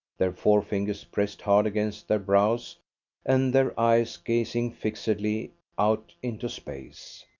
their forefingers pressed hard against their brows and their eyes gazing fixedly out into space.